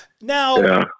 Now